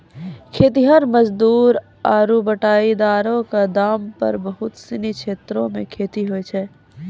खेतिहर मजदूर आरु बटाईदारो क दम पर बहुत सिनी क्षेत्रो मे खेती होय छै